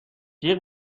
جیغ